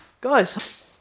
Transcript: guys